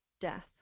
death